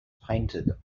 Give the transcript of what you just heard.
painted